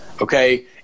Okay